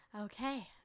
Okay